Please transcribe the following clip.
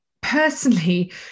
personally